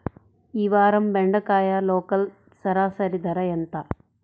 ఈ వారం బెండకాయ లోకల్ సరాసరి ధర ఎంత?